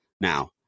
now